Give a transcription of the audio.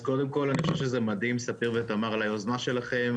קודם כל אני חושב שזה מדהים ספיר ותמר על היוזמה שלכם.